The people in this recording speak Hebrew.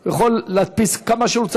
הוא יכול להדפיס כמה שהוא רוצה,